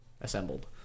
assembled